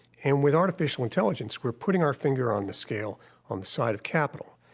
and with artificial intelligence, we're putting our finger on the scale on the side of capital,